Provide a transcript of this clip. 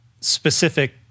specific